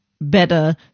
better